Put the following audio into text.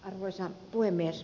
arvoisa puhemies